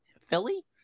Philly